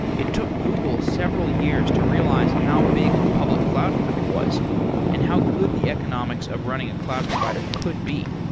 it took google several years to realize how big the public cloud market was and how good the economics of running a cloud provider could be.